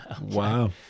Wow